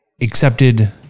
accepted